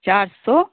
चार सौ